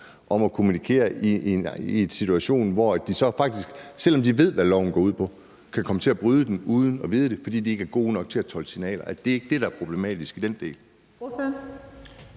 om at kommunikere i en situation, hvor de så faktisk, selv om de ved, hvad loven går ud på, kan komme til at bryde den uden at vide det, fordi de ikke er gode nok til at tolke signaler. Er det ikke det, der er problematisk i den del?